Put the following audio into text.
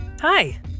Hi